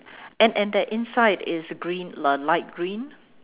and and that inside is green l~ light green